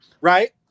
right